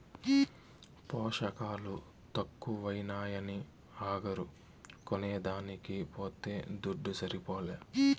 పోసకాలు తక్కువైనాయని అగరు కొనేదానికి పోతే దుడ్డు సరిపోలా